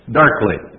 darkly